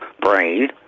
brain